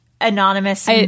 anonymous